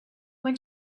when